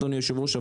אדוני היושב ראש,